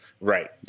Right